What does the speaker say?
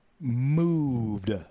moved